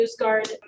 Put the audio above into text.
NewsGuard